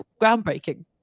groundbreaking